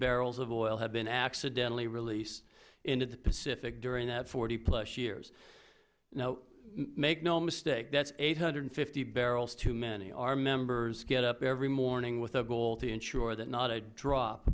barrels of oil have been accidentally released in the pacific during that plus years now make no mistake that's eight hundred and fifty barrels too many our members get up every morning with a goal to ensure that not a drop